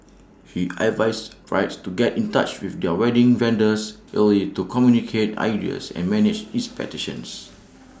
he advises brides to get in touch with their wedding vendors early to communicate ideas and manage expectations